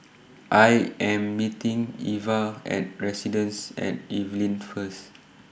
I Am meeting Iva At Residences At Evelyn First